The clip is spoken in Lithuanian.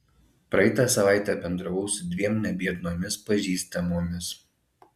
praeitą savaitę bendravau su dviem nebiednomis pažįstamomis